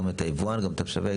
גם את היבואן וגם את המשווק,